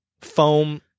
foam